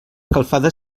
escalfada